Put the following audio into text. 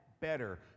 better